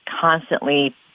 constantly